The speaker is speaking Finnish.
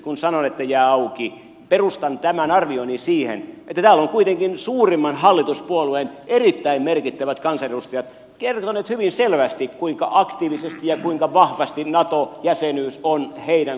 kun sanon että nämä isot linjakysymykset jäävät auki perustan tämän arvioni siihen että täällä ovat kuitenkin suurimman hallituspuolueen erittäin merkittävät kansanedustajat kertoneet hyvin selvästi kuinka aktiivisesti ja kuinka vahvasti nato jäsenyys on heidän kuvioissaan mukana